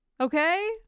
Okay